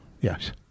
Yes